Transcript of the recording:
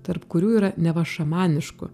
tarp kurių yra neva šamaniškų